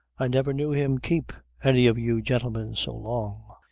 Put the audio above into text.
i never knew him keep any of you gentlemen so long.